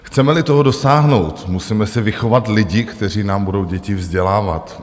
Chcemeli toho dosáhnout, musíme si vychovat lidi, kteří nám budou děti vzdělávat.